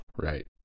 right